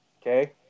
Okay